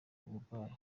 uburwayi